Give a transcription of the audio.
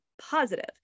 positive